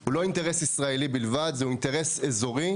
הוא לא אינטרס ישראלי בלבד, זהו אינטרס אזורי,